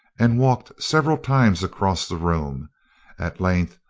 and walked several times across the room at length,